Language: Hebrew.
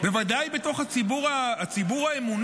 בוודאי בתוך הציבור האמוני.